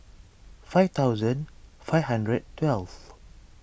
five thousand five hundred twelve